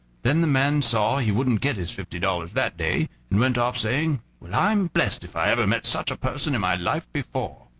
then the man saw he wouldn't get his fifty dollars that day, and went off, saying well, i'm blessed if i ever met such a person in my life before.